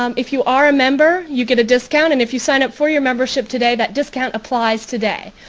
um if you are a member you get a discount and if you sign up for your membership today that discount applies today.